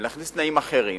ולהכניס תנאים אחרים,